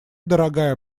дорогая